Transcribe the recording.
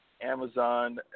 Amazon